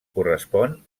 correspon